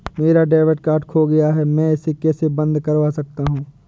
मेरा debit card खो गया है मैं इसे कैसे बंद करवा सकता हूँ?